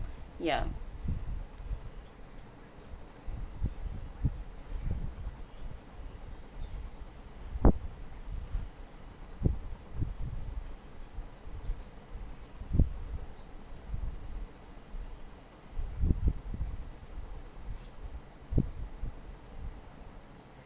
yeah